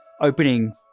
opening